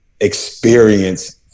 experience